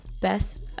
best